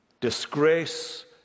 disgrace